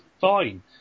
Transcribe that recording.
fine